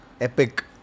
Epic